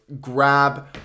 grab